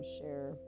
share